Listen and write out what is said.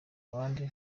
abandi